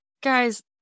guys